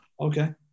okay